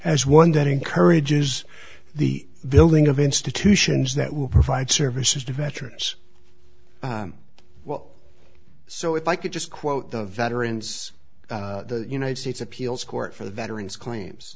as one that encourages the building of institutions that will provide services to veterans well so if i could just quote the veterans the united states appeals court for the veterans claims